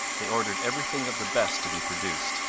they ordered every thing of the best to be produced,